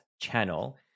channel